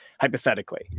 hypothetically